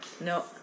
No